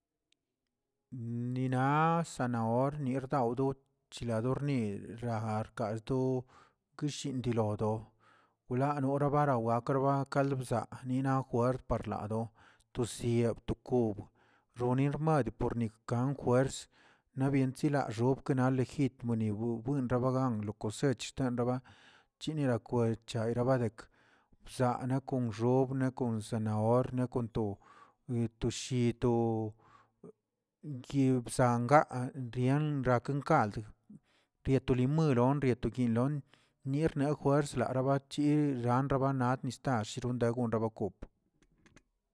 Nina sanahor nirdawdo chladornir ragarkado kishindolodo, wlanorabara gakrba kalbza naꞌ juert parlado, tosieb to kob dori xmad pornikanjuers naꞌ byen chilatxob na lejitmni buunrabagan lo kosechanraba chinarakwe chayra badek bzaa na kon xobna kon zanahor na kon to etosshido kibsangaꞌa rian riakakaꞌ riato limon rieto yinꞌlon nirna juerslaa bachir ranrabana nistash shironrango rabakop.